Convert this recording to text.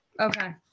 Okay